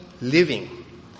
living